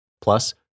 Plus